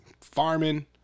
farming